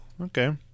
Okay